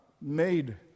made